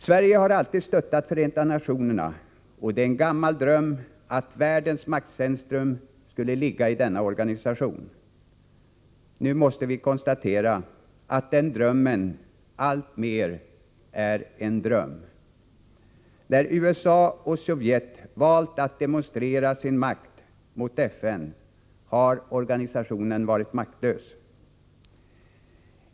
Sverige har alltid stöttat Förenta nationerna, och det är en gammal dröm att världens maktcentrum skulle ligga i denna organisation. Nu måste vi konstatera att den drömmen alltmer ser ut att förbli en dröm. När USA och Sovjet valt att demonstrera sin makt mot FN har organisationen varit maktlös.